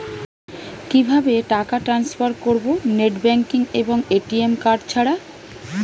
কিভাবে টাকা টান্সফার করব নেট ব্যাংকিং এবং এ.টি.এম কার্ড ছাড়া?